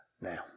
now